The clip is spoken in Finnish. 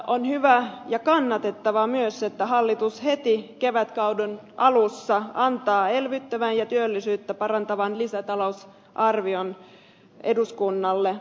on hyvä ja kannatettavaa myös että hallitus heti kevätkauden alussa antaa elvyttävän ja työllisyyttä parantavan lisätalousarvion eduskunnalle